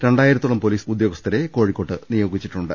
രണ്ടായിരത്തോളം പൊലീസ് ഉദ്യോഗസ്ഥരെ കോഴിക്കോട്ട് നിയോഗിച്ചിട്ടുണ്ട്